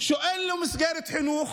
שאין להם מסגרת חינוך,